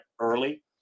early